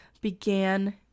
began